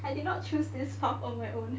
I did not choose this path on my own